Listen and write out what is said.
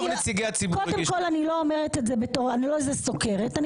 לא סוקרת.